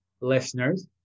listeners